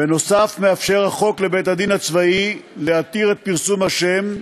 בנוסף מאפשר החוק לבית-הדין הצבאי להתיר את פרסום השם,